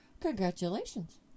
Congratulations